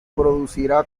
producirá